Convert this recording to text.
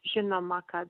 žinoma kad